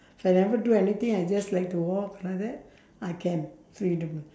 so I never do anything I just like to walk like that I can freedom